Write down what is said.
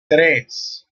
tres